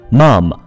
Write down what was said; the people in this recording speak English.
mom